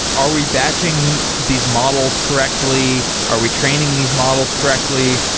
are we batching these models correctly? are we training these models correctly?